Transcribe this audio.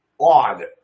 odd